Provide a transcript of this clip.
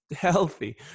healthy